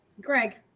Greg